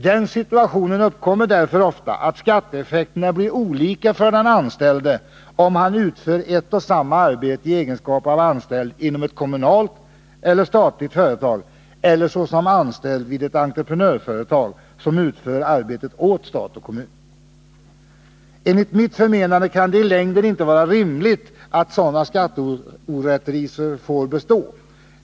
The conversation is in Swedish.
Den situationen uppkommer därför ofta att skatteeffekterna blir olika för den anställde, om han utför ett arbete i egenskap av anställd inom ett kommunalt eller statligt företag resp. om han gör samma arbete såsom anställd vid ett entreprenörföretag, som utför arbetet åt stat och kommun. Enligt mitt förmenande kan det inte i längden vara rimligt att sådana skatteorättvisor får bestå.